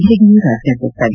JDU ರಾಜ್ಯಾಧ್ಯಕ್ಷ V